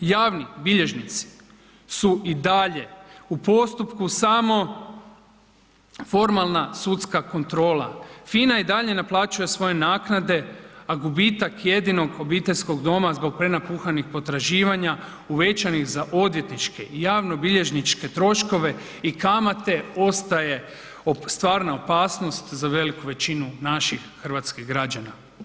Javni bilježnici su i dalje u postupku samo formalna sudska kontrola, FINA i dalje naplaćuje svoje naknade a gubitak jedinog obiteljskog doma zbog prenapuhanih potraživanja uvećani za odvjetničke i javnobilježničke troškove i kamate, ostaje stvarna opasnost za veliku većinu naših hrvatskih građana.